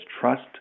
trust